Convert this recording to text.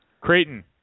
Creighton